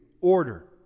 order